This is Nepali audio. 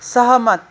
सहमत